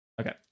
Okay